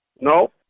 No